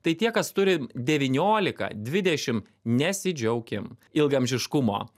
tai tie kas turi devyniolika dvidešimt nesidžiaukim ilgaamžiškumo